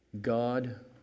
God